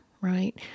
right